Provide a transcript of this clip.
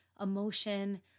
emotion